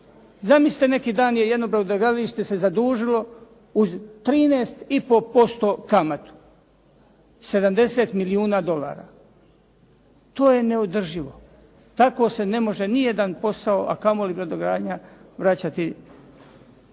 Zamislite, neki dan je jedno brodogradilište se zadužilo uz 13,5% kamatu. 70 milijuna dolara. To je neodrživo. Tako se ne može ni jedan posao, a kamo li brodogradnja vraćati kapital